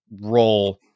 role